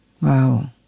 wow